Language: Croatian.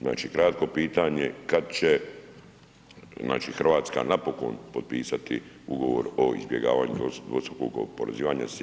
Znači, kratko pitanje kad će znači Hrvatska napokon potpisati ugovor o izbjegavanju dvostrukog oporezivanja sa SAD-om?